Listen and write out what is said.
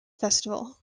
festival